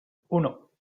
uno